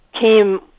came